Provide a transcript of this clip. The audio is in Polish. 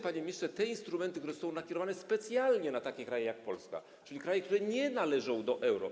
Panie ministrze, istnieją instrumenty, które są nakierowane specjalnie na takie kraje jak Polska, czyli kraje, które nie należą do strefy euro.